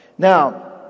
Now